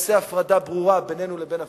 שיעשה הפרדה ברורה בינינו לבין הפלסטינים,